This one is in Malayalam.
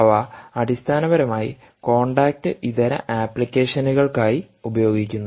അവ അടിസ്ഥാനപരമായി കോൺടാക്റ്റ് ഇതര അപ്ലിക്കേഷനുകൾക്കായി ഉപയോഗിക്കുന്നു